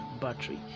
battery